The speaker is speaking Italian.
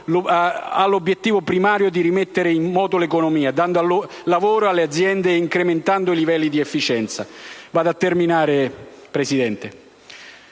ha l'obiettivo primario di rimettere in moto l'economia dando lavoro ad aziende e incrementando i livelli di efficienza.